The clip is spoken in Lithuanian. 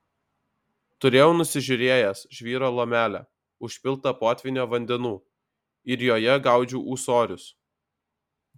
turėjau nusižiūrėjęs žvyro lomelę užpiltą potvynio vandenų ir joje gaudžiau ūsorius